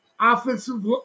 offensive